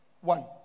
one